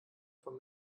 von